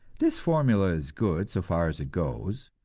this formula is good so far as it goes,